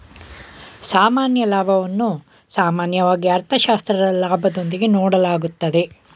ಸಾಮಾನ್ಯ ಲಾಭವನ್ನು ಸಾಮಾನ್ಯವಾಗಿ ಅರ್ಥಶಾಸ್ತ್ರದ ಲಾಭದೊಂದಿಗೆ ನೋಡಲಾಗುತ್ತದೆ